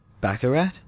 Baccarat